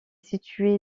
située